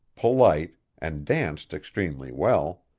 polite, and danced extremely well,